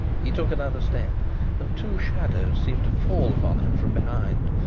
he took another step and two shadows seemed to fall upon him from behind,